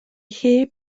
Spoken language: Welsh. heb